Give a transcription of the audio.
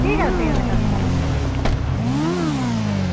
ঠিক আছে ঠিক আছে কালি অঁ